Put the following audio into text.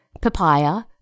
papaya